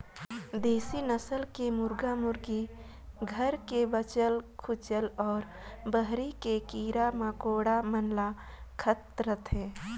देसी नसल के मुरगा मुरगी घर के बाँचल खूंचल अउ बाहिर के कीरा मकोड़ा मन ल खात रथे